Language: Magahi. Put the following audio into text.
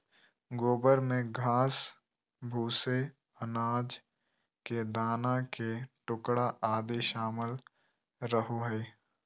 गोबर में घास, भूसे, अनाज के दाना के टुकड़ा आदि शामिल रहो हइ